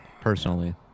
personally